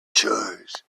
chores